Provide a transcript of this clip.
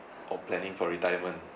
or planning for retirement